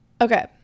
okay